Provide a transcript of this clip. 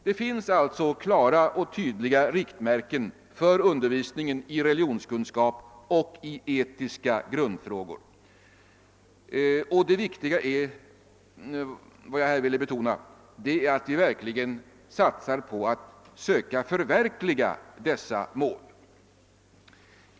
Det finns alltså klara och tydliga riktmärken för undervisningen i religionskunskap och i etiska grundfrågor. Det viktiga är — och det vill jag här betona — att vi satsar på att söka förverkliga dessa mål.